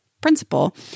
principle